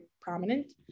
prominent